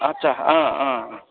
अच्छा अँ अँ अँ